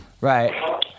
Right